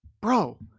Bro